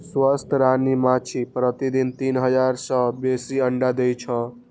स्वस्थ रानी माछी प्रतिदिन तीन हजार सं बेसी अंडा दै छै